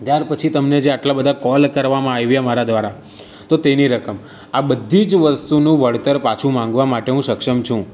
ત્યાર પછી તમને જે આટલા બધા કોલ કરવામાં આવ્યા મારા દ્વારા તો તેની રકમ આ બધી જ વસ્તુનું વળતર પાછું માંગવા માટે હું સક્ષમ છું